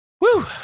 Woo